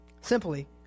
simply